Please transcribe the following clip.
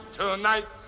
tonight